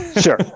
Sure